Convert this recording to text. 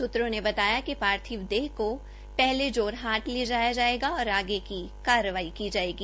सूत्रों ने बताया कि पार्थिव देह को पहले जोरहट ले जायेगा और आगे की कारवाई की जायेगी